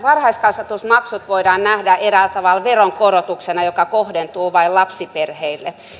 varhaiskasvatusmaksut voidaan nähdä eräällä tavalla veronkorotuksena joka kohdentuu vain lapsiperheille